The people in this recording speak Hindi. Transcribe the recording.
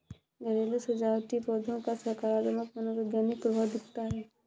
घरेलू सजावटी पौधों का सकारात्मक मनोवैज्ञानिक प्रभाव दिखता है